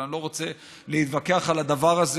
אבל אני לא רוצה להתווכח על הדבר הזה.